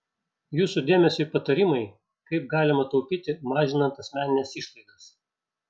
jūsų dėmesiui patarimai kaip galima taupyti mažinant asmenines išlaidas